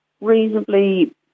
reasonably